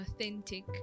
authentic